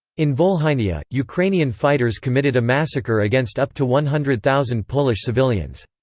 in volhynia, ukrainian fighters committed a massacre against up to one hundred thousand polish civilians.